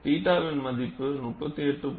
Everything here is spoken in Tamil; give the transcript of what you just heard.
θ வின் மதிப்பு 38